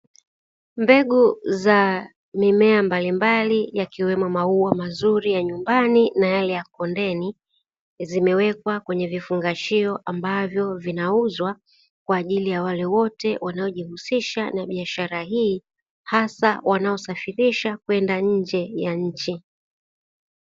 Mbegu za mimea mbalimbali yakiwemo maua mazuri ya nyumbani na yale ya kondeni, zimewekwa kwenye vifungashio ambavyo vinauzwa kwa ajili ya wale wote wanaojihusisha na biashara hii hasa wanaosafirisha kwenda nje ya nchi.